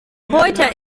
heute